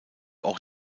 auch